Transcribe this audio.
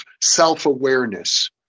self-awareness